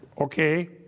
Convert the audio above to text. okay